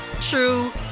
true